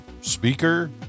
speaker